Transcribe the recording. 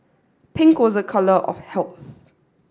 pink was a colour of health